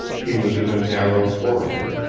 he was in a narrow corridor.